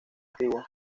antiguo